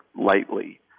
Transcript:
lightly